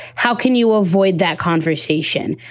how can you avoid that conversation?